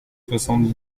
soixante